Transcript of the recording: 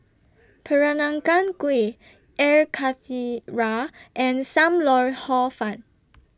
Peranakan Kueh Air Karthira and SAM Lau Hor Fun